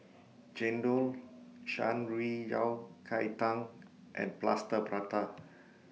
Chendol Shan Rui Yao Cai Tang and Plaster Prata